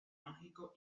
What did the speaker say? mágico